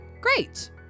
Great